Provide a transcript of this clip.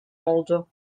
oldu